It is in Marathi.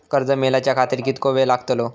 कर्ज मेलाच्या खातिर कीतको वेळ लागतलो?